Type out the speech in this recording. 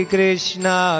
Krishna